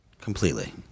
Completely